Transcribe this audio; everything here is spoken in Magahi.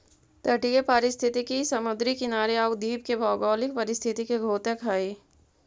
तटीय पारिस्थितिकी समुद्री किनारे आउ द्वीप के भौगोलिक परिस्थिति के द्योतक हइ